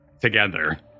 together